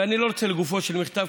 ואני לא רוצה להתייחס לגופו של מכתב,